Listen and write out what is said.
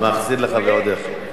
מחזיר לך ועוד איך.